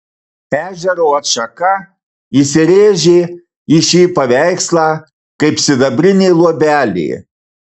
ežero atšaka įsirėžė į šį paveikslą kaip sidabrinė luobelė